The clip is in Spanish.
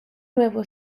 nuevo